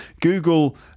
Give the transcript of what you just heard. Google